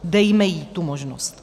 Dejme jí tu možnost.